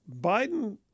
Biden